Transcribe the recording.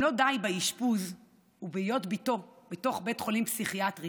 אם לא די באשפוז ובהיות בתו בתוך בית חולים פסיכיאטרי,